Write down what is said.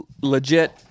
legit